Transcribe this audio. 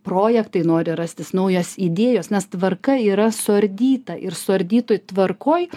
projektai nori rastis naujos idėjos nes tvarka yra suardyta ir suardytoj tvarkoj